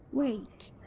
wait.